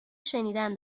شنیدن